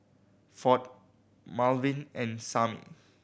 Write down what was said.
Ford Malvin and Samie